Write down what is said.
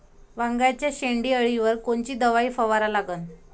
वांग्याच्या शेंडी अळीवर कोनची दवाई फवारा लागन?